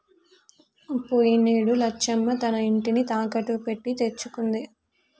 పోయినేడు లచ్చమ్మ తన ఇంటిని తాకట్టు పెట్టి తెచ్చుకుంది